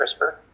CRISPR